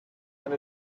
and